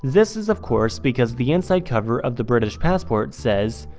this is of course because the inside cover of the british passport says,